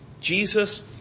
Jesus